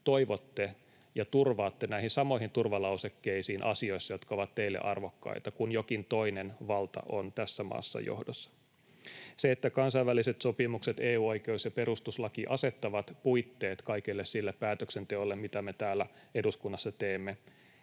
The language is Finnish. toivotte ja turvaatte näihin samoihin turvalausekkeisiin asioissa, jotka ovat teille arvokkaita, kun jokin toinen valta on tässä maassa johdossa. Se, että kansainväliset sopimukset, EU-oikeus ja perustuslaki asettavat puitteet kaikelle sille päätöksenteolle, mitä me täällä eduskunnassa teemme,